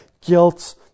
guilt